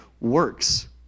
works